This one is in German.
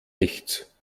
nichts